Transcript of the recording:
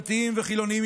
דתיים וחילונים,